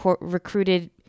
recruited